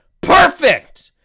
Perfect